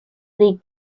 league